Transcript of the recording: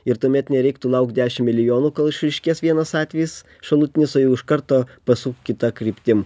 ir tuomet nereiktų laukt dešim milijonų kol išryškės vienas atvejis šalutinis o jau iš karto pasukt kita kryptim